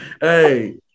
Hey